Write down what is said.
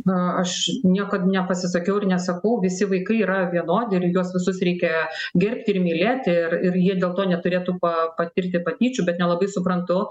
na aš niekad nepasisakiau ir nesakau visi vaikai yra vienodi ir juos visus reikia gerbti ir mylėti ir ir jie dėl to neturėtų pa patirti patyčių bet nelabai suprantu